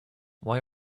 why